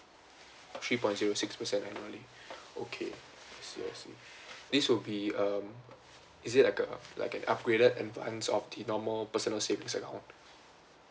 three point zero six percent annually okay I see I see this will be um is it like a like an upgraded of the normal personal savings account